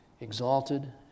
exalted